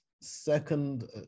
second